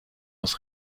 aus